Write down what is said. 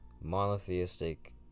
monotheistic